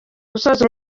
gusoza